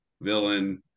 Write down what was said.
villain